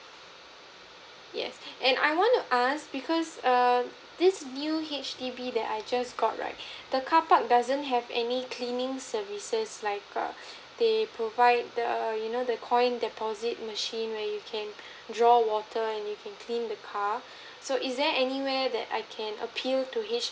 yes and I wanna ask because err this new H_D_B that I just got right the carpark doesn't have any cleaning services like err they provide the you know the coin deposit machine where you can draw water and you can clean the car so is there anywhere that I can appeal to